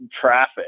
traffic